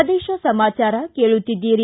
ಪ್ರದೇಶ ಸಮಾಚಾರ ಕೇಳುತ್ತಿದ್ದೀರಿ